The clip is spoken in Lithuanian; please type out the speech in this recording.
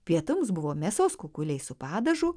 pietums buvo mėsos kukuliai su padažu